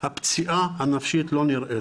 הפציעה הנפשית לא נראית,